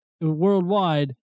worldwide